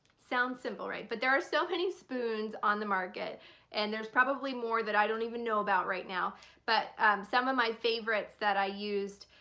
sounds simple right? but there are so many spoons on the market and there's probably more that i don't even know about right now but some of my favorites that i used